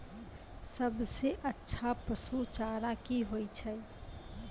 सबसे अच्छा पसु चारा की होय छै?